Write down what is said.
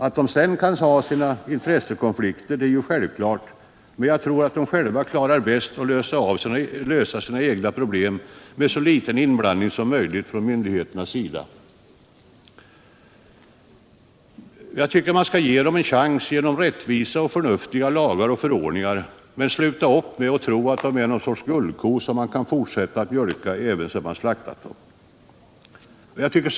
Att det sedan kan uppstå intressekonflikter är självklart, men jag tror att företagen bäst löser sina egna problem med så liten inblandning som möjligt från myndigheternas sida. Jag tycker man skall ge dem en chans genom rättvisa och förnuftiga lagar och förordningar. Sluta upp med att tro att de är guldkor, som man kan fortsätta att mjölka sedan man slaktat dem.